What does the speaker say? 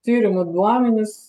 tyrimų duomenys